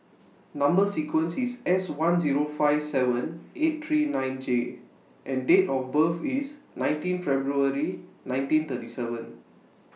Number sequence IS S one Zero five seven eight three nine J and Date of birth IS nineteen February nineteen thirty seven